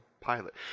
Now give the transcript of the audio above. pilot